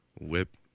whip